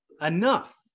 enough